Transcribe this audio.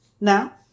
now